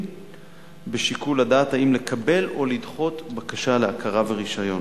בשיקול הדעת אם לקבל או לדחות בקשה להכרה ורשיון.